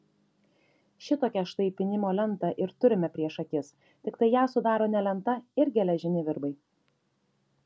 šitokią štai pynimo lentą ir turime prieš akis tiktai ją sudaro ne lenta ir geležiniai virbai